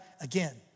again